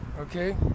Okay